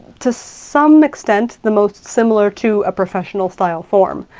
to some extent, the most similar to a professional-style form.